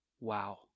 wow